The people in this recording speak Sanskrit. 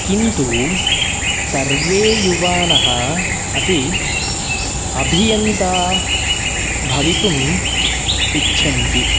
किन्तु सर्वे युवानः अपि अभियन्ता भवितुम् इच्छन्ति